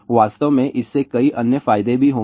वास्तव में इससे कई अन्य फायदे भी होंगे